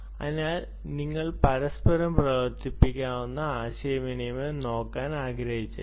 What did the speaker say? അതിനാൽ നിങ്ങൾ പരസ്പരം പ്രവർത്തിക്കാവുന്ന ആശയവിനിമയം നോക്കാൻ ആഗ്രഹിച്ചേക്കാം